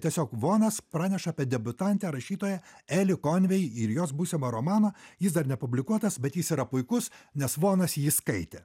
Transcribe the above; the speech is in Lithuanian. tiesiog vonas praneša apie debiutantę rašytoją eli konvei ir jos būsimą romaną jis dar nepublikuotas bet jis yra puikus nes vonas jį skaitė